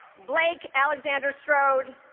blake alexander strode,